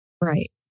Right